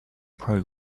pro